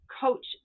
coach